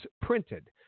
printed